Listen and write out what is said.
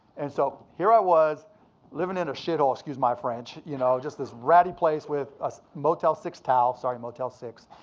and so here i was living in a shit hole, excuse my french, you know just this ratty place with a motel six towel. sorry, motel six.